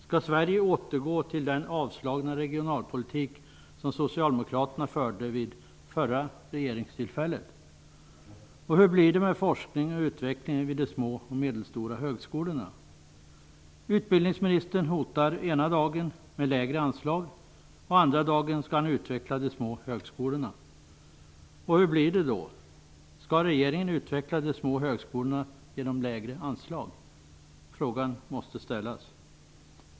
Skall Sverige återgå till den avslagna regionalpolitik som Socialdemokraterna förde vid förra regeringstillfället? Hur blir det med forskning och utveckling vid de små och medelstora högskolorna? Utbildningsministern hotar ena dagen med lägre anslag, och andra dagen skall han utveckla de små högskolorna. Hur blir det? Skall regeringen utveckla de små högskolorna genom lägre anslag? Frågan måste ställas.